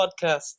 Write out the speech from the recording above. podcast